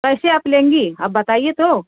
कैसे आप लेंगी आप बताइए तो